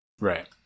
Right